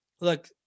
look